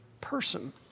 person